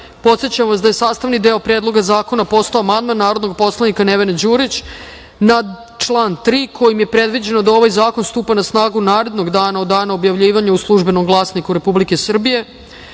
vas da je sastavni deo predloga zakona postao amandman narodnog poslanika Nevene Đurić na član 3. kojim je predviđeno da ovaj zakon stupa na snagu narednog dana od dana objavljivanja u „Službenom glasniku“.Prema